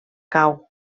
cau